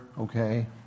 okay